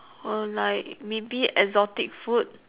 oh like maybe exotic food